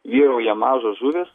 vyrauja mažos žuvys